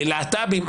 להט"בים,